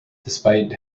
despite